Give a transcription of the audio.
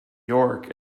york